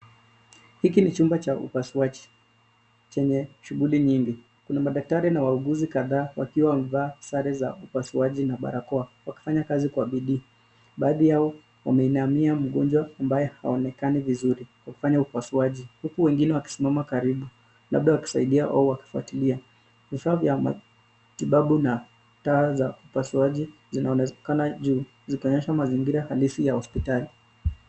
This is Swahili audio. Hiki ni chumba cha upasuaji chenye shughuli nyingi. Kuna madaktari na wauguzi kadhaa wakiwa wamevaa sare za upasuaji na barakoa wakifanya kazi Kwa bidii. Baadhi yao wamesimama mgonjwa ambaye haonekani vizuri wakifanya upasuaji huku wengine wakisimama karibu labda wakisaidia au kufuatilia. Vifaa za matibabu na taa za upasuaji zinaoonekana juu zikionyesha mazingira halisi ya hospitali.